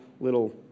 little